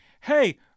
hey